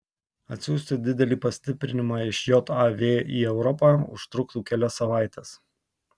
atsiųsti didelį pastiprinimą iš jav į europą užtruktų kelias savaites